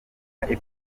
apple